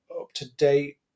up-to-date